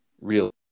real